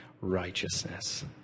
righteousness